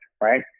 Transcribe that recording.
right